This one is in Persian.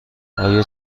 آیا